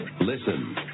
Listen